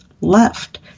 left